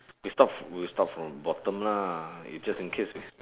we start we start from bottom lah it's just in case